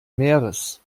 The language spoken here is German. meeres